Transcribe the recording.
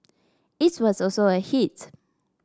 it was also a hit